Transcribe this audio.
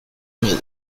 ella